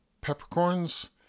peppercorns